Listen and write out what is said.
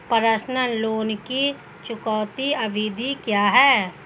Personal loan की चुकौती अवधि क्या है?